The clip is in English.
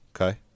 okay